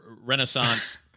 Renaissance